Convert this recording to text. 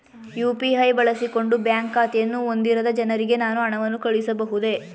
UPI ಬಳಸಿಕೊಂಡು bank ಖಾತೆಯನ್ನು ಹೊಂದಿರದ ಜನರಿಗೆ ನಾನು ಹಣವನ್ನು ಕಳುಹಿಸಬಹುದೇ?